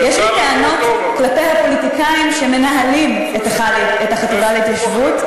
יש לי טענות כלפי הפוליטיקאים שמנהלים את החטיבה להתיישבות,